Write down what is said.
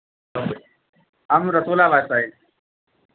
हम रसूलाबाद साइड